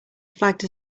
flagged